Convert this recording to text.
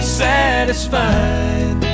satisfied